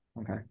okay